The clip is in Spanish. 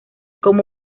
como